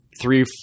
three